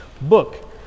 book